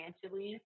financially